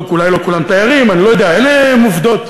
אולי לא כולם תיירים, אני לא יודע, אלה הן עובדות.